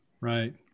Right